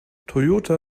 toyota